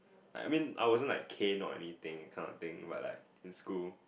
like I mean I wasn't like cane or anything that kind of thing but like in school